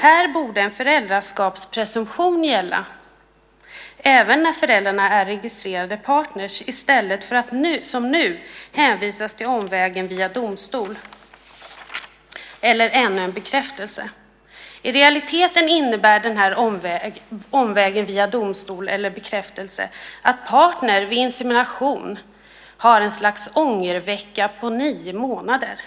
Här borde en föräldraskapspresumtion gälla även när föräldrarna är registrerade partner i stället för att som nu hänvisas till omvägen via domstol eller ännu en bekräftelse. I realiteten innebär den här omvägen via domstol eller bekräftelse att partner vid insemination har ett slags ångervecka på nio månader.